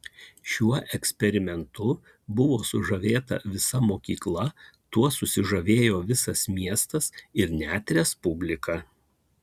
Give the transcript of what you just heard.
šiuo eksperimentu buvo sužavėta visa mokyklą tuo susižavėjo visas miestas ir net respublika